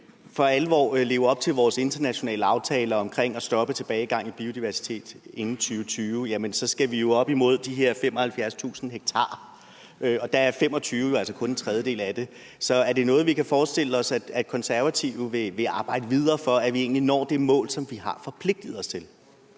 for alvor skal leve op til vores internationale aftaler om at stoppe tilbagegangen i biodiversitet inden 2020, skal vi jo op imod de her 75.000 ha, og 25.000 ha er jo kun en tredjedel af det. Så er det noget, man kan forestille sig at De Konservative vil arbejde videre for, altså at vi egentlig når det mål, som vi har forpligtet os til?